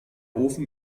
ofen